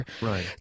Right